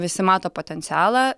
visi mato potencialą